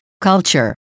culture